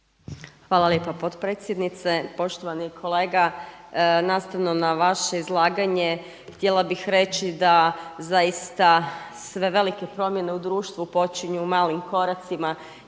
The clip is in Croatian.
Hvala lijepa potpredsjednice. Poštovani kolega nastavno na vaše izlaganje htjela bih reći da zaista sve velike promjene u društvu počinju malim koracima.